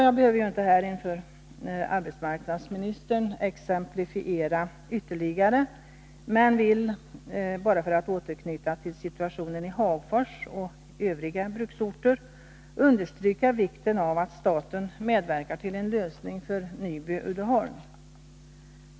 Jag behöver inte här inför arbetsmarknadsministern exemplifiera ytterligare, men jag vill — bara för att återknyta till situationen i Hagfors och övriga bruksorter — understryka vikten av att staten medverkar till en lösning för Nyby Uddeholm AB.